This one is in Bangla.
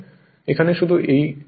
এখানে শুধু এই দুটি যোগ করুন